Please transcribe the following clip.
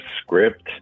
script